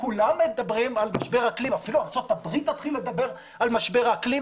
כולם מדברים על משבר אקלים,